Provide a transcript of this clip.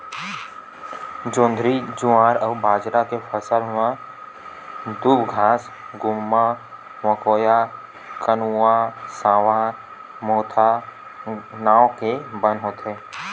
जोंधरी, जुवार अउ बाजरा के फसल म दूबघास, गुम्मा, मकोया, कनकउवा, सावां, मोथा नांव के बन होथे